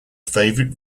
favourite